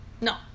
No